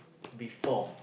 before